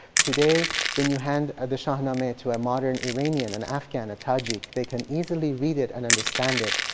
today when you hand ah the shahnameh to a modern iranian, an afghan, a tajik, they can easily read it and understand it.